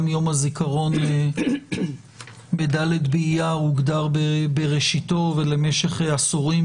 גם יום הזיכרון ב-ד' באייר הוגדר בראשיתו ולמשך עשורים